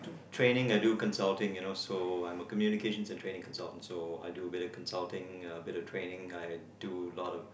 training and I do consulting you know so I'm a communications training consultant so I do a bit of consulting a bit of training I do lot of